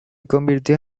convirtió